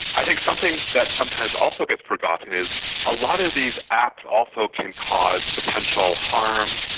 i think something that sometimes also gets forgotten is a lot of these apps also can cause potential harm,